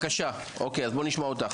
בבקשה, אז בואו נשמע אותך.